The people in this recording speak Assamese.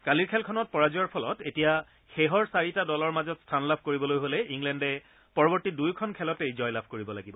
কালিৰ খেলখনত পৰাজয়ৰ ফলত এতিয়া শেহৰ চাৰিটা দলৰ মাজত স্থান লাভ কৰিবলৈ হলে ইংলেণ্ডে পৰৱৰ্ত্তী দুয়োখন খেলতেই জয়লাভ কৰিব লাগিব